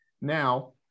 now